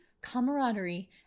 camaraderie